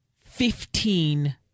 Fifteen